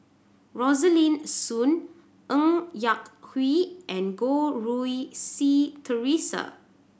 Rosaline Soon Ng Yak Whee and Goh Rui Si Theresa